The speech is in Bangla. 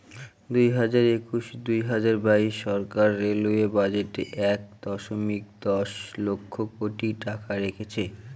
দুই হাজার একুশ দুই হাজার বাইশ সরকার রেলওয়ে বাজেটে এক দশমিক দশ লক্ষ কোটি টাকা রেখেছে